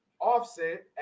Offset